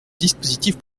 dispositif